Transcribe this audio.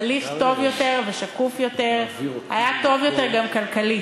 הליך טוב יותר ושקוף יותר היה טוב יותר גם כלכלית.